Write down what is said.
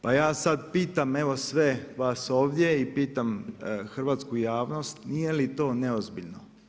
Pa ja sad pitam evo sve vas ovdje i pitam hrvatsku javnost, nije li to neozbiljno?